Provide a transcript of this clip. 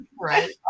Right